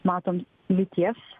matom lyties